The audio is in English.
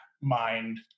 mind